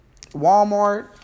Walmart